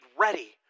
ready